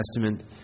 Testament